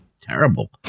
terrible